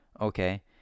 Okay